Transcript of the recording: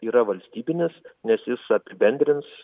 yra valstybinis nes jis apibendrins